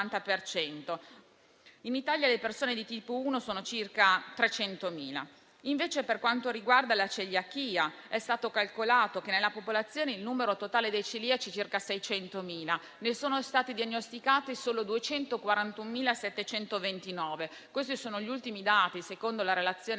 da diabete di tipo 1 sono circa 300.000. Invece, per quanto riguarda la celiachia, è stato calcolato che nella popolazione il numero totale dei celiaci sia di circa 600.000, ma ne sono stati diagnosticati solo 241.729. Questi sono gli ultimi dati, secondo la relazione